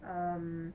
um